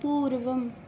पूर्वम्